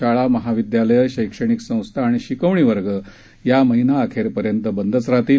शाळा महाविद्यालय शैक्षणिक संस्था आणि शिकवणी वर्ग या महिनाअखिर पर्यंत बंदचं राहतील